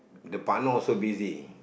the partner also busy